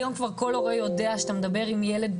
היום כבר כל הורה יודע שכשאתה מדבר עם ילד,